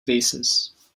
vases